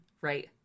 right